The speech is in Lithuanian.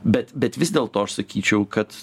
bet bet vis dėlto aš sakyčiau kad